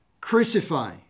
Crucify